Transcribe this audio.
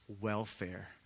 welfare